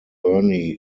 berne